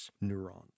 neurons